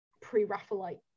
pre-Raphaelite